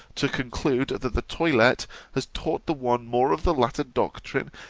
to conclude, that the toilette has taught the one more of the latter doctrine,